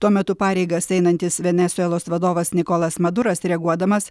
tuo metu pareigas einantis venesuelos vadovas nikolas maduras reaguodamas